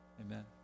Amen